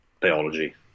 biology